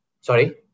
Sorry